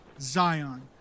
Zion